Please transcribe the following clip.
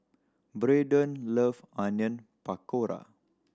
Braydon love Onion Pakora